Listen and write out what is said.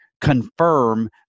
confirm